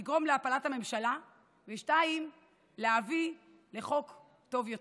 לגרום להפלת הממשלה, ושתיים, להביא לחוק טוב יותר.